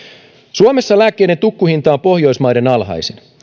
suomessa lääkkeiden tukkuhinta on pohjoismaiden alhaisin